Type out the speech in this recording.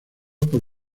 por